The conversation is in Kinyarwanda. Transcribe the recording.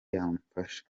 yamfasha